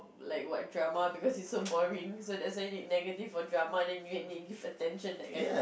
like what drama because it's so boring so that's why you need negative for drama then you can give attention that kind